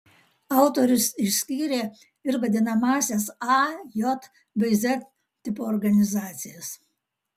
autorius išskyrė ir vadinamąsias a j bei z tipo organizacijas